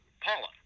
Paula